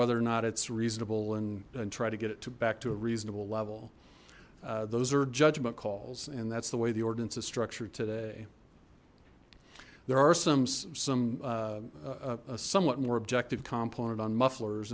whether or not it's reasonable and and try to get it to back to a reasonable level those are judgment calls and that's the way the ordinance is structured today there are some some a somewhat more objective component on mufflers